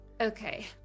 Okay